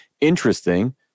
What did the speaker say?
interesting